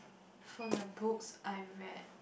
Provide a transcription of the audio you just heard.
from the books I read